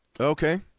Okay